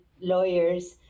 lawyers